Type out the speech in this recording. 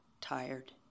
tired